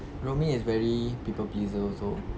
rumi is very people pleaser also